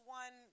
one